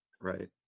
right